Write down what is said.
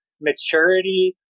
maturity